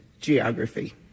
geography